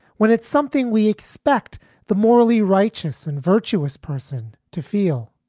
when it's something we expect the morally righteous and virtuous person to feel.